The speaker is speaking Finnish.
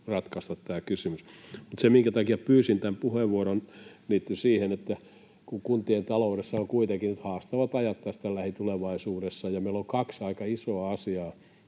ratkaista tämä kysymys. Mutta se, minkä takia pyysin tämän puheenvuoron, liittyy siihen, että kuntien taloudessa on kuitenkin nyt haastavat ajat lähitulevaisuudessa ja meillä on kaksi aika isoa asiaa,